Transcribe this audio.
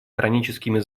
хроническими